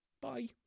Bye